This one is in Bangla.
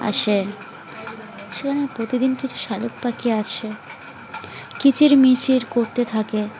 আসে সেখানে প্রতিদিন কিছু শালিক পাখি আসে কিচিরমিচির করতে থাকে